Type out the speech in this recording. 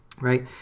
right